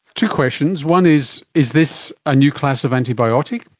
two questions. one, is is this a new class of antibiotic,